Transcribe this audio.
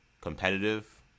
competitive